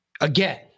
Again